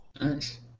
Nice